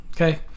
Okay